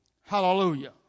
Hallelujah